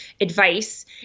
advice